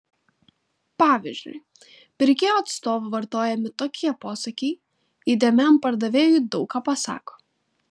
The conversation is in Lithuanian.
pavyzdžiui pirkėjo atstovo vartojami tokie posakiai įdėmiam pardavėjui daug ką pasako